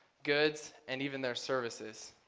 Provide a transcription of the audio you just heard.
goods, and even their services.